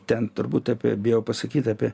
ten turbūt apie bijau pasakyt apie